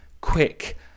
quick